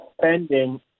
spending